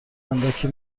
اندکی